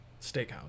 steakhouse